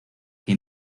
que